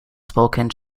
spoken